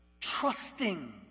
Trusting